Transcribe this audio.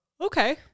Okay